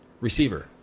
receiver